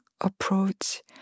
approach